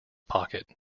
pocket